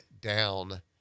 down